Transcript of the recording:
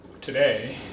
Today